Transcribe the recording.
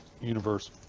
universe